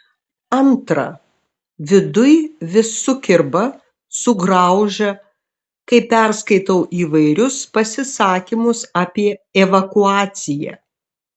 antra viduj vis sukirba sugraužia kai perskaitau įvairius pasisakymus apie evakuaciją